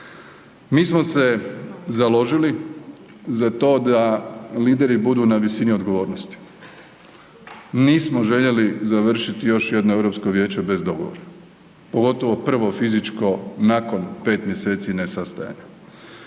Mi smo se založili za to da lideri budu na visini odgovornosti. Nismo željeli završiti još jedno EU vijeće bez dogovora. Pogotovo prvo fizičko nakon 5 mjeseci nesastajanja